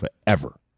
forever